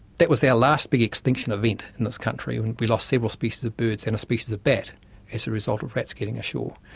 that was our last big extinction event in this country and we lost several species of bird and a species of bat as a result of rats getting ashore.